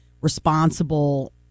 responsible